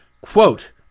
Quote